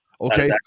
Okay